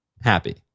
happy